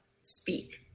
speak